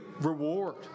reward